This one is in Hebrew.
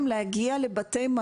מתי?